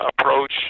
approach